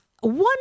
One